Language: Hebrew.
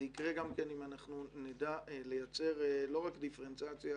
יקרה אם אנחנו נדע לייצר לא רק דיפרנציאציה,